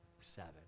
seven